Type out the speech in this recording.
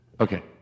Okay